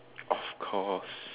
of course